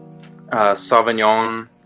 Sauvignon